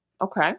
Okay